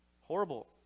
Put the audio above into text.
Horrible